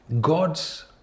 god's